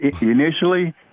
initially